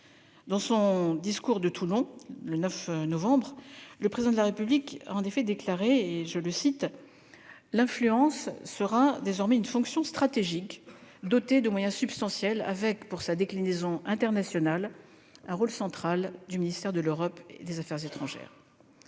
Dans son discours de Toulon du 9 novembre, le Président de la République déclarait en effet :« l'influence sera désormais une fonction stratégique, dotée de moyens substantiels [...] avec, pour sa déclinaison internationale, un rôle central du ministère de l'Europe et des affaires étrangères ».